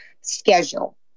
schedule